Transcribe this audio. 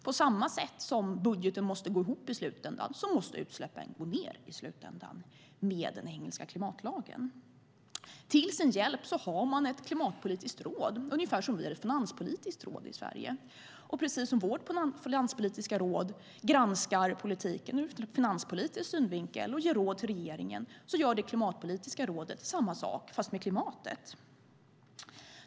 På samma sätt som budgeten måste gå ihop i slutändan måste utsläppen gå ned i slutändan med den engelska klimatlagen. Till sin hjälp har man ett klimatpolitiskt råd, ungefär som vi har ett finanspolitiskt råd i Sverige. Precis som vårt finanspolitiska råd granskar politiken ur finanspolitisk synvinkel och ger råd till regeringen gör det klimatpolitiska rådet samma sak fast med klimatet.